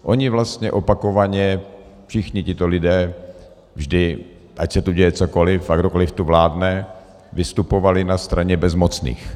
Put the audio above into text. Oni vlastně opakovaně, všichni tito lidé, vždy, ať se děje cokoliv a kdokoliv tu vládne, vystupovali na straně bezmocných.